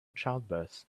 childbirths